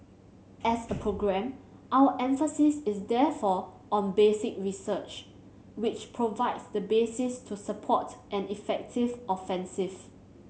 as a programme our emphasis is therefore on basic research which provides the basis to support an effective offensive